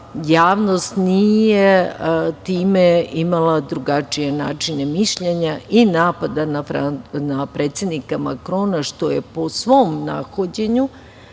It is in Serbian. javnost nije time imala drugačije načine mišljenja i napada na predsednika Makrona, što je po svom nahođenju,